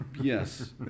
Yes